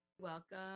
Welcome